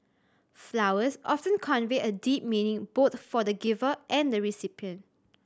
flowers often convey a deep meaning both for the giver and the recipient